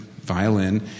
Violin